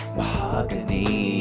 Mahogany